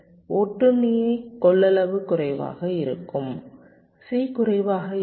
எனவே ஒட்டுண்ணி கொள்ளளவு குறைவாக இருக்கும் C குறைவாக இருக்கும்